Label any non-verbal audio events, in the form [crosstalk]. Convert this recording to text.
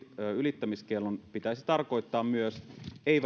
ylittämisen kiellon pitäisi tarkoittaa myös ei [unintelligible]